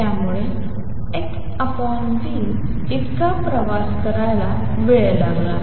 त्यामुळे x v इतका प्रवास करायला वेळ लागला